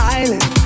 island